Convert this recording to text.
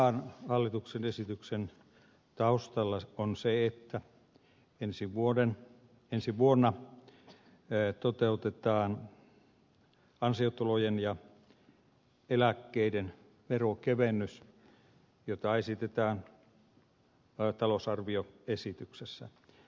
tämän hallituksen esityksen taustalla on se että ensi vuonna toteutetaan ansiotulojen ja eläkkeiden veronkevennys jota esitetään talousarvioesityksessä